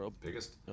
Biggest